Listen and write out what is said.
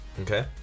Okay